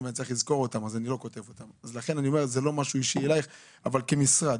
לכן אני אומר שזה לא משהו אישי אליך אלא כנציגת משרד.